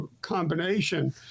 combination